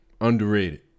underrated